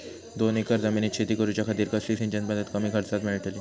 दोन एकर जमिनीत शेती करूच्या खातीर कसली सिंचन पध्दत कमी खर्चात मेलतली?